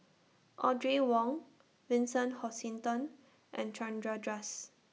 Audrey Wong Vincent Hoisington and Chandra